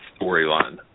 storyline